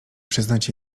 przyznać